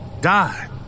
die